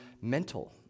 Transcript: mental